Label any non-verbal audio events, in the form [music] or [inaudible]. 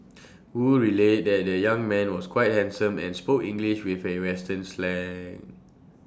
wu relayed that the young man was quite handsome and spoke English with A western slang [noise]